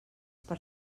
per